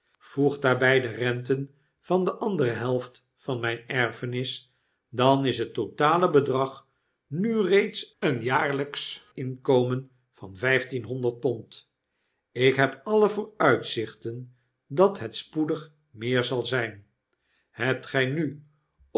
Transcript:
yoeg daarbij de renten van de andere helft van mijn erfdeel dan is het totale bedrag nu reeds een jaarlijksch inkomen van vijftienhonderd pond ik heb alle vooruitzichten dat het spoedig meer zal zijn hebt gij nu